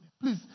Please